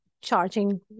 charging